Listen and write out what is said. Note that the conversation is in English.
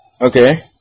Okay